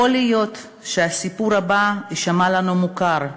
יכול להיות שהסיפור הבא יישמע לנו מוכר,